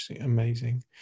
Amazing